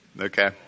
Okay